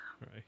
Right